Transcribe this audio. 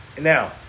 Now